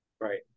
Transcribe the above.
Right